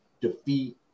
defeat